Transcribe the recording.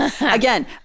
Again